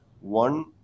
One